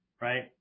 Right